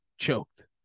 choked